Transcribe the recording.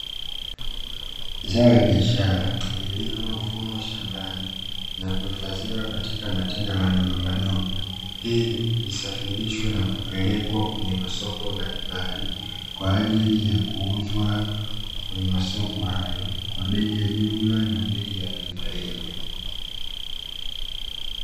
Zao la biashara lililovunwa shambani, na kuhifadhiwa katika matenga madogomadogo, ili lisafirishwe na kupelekwa kwenye masoko mbalimbali, kwa ajili ya kuuzwa kwenye masoko hayo, kwa bei ya jumla na bei ya rejareja.